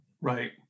Right